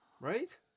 Right